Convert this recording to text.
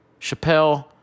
Chappelle